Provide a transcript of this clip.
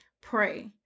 pray